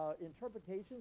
interpretations